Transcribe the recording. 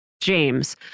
James